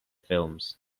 films